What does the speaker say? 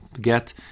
get